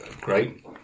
Great